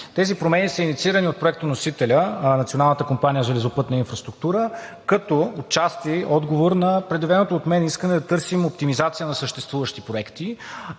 Тези промени са инициирани от проектоносителя Националната компания „Железопътна инфраструктура“, като отчасти е отговор на предявеното от мен искане да търсим оптимизация на съществуващи проекти,